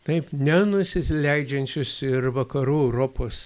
taip nenusileidžiančius ir vakarų europos